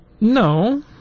no